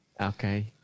Okay